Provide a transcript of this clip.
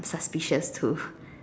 suspicious too